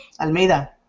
Almeida